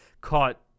caught